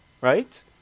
right